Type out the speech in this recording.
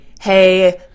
Hey